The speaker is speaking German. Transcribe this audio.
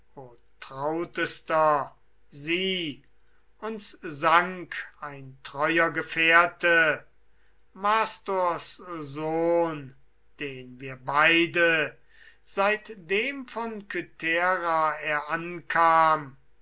trautester sieh uns sank ein treuer gefährte mastors sohn den wir beide seitdem von kythera er ankam